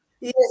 Yes